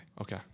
Okay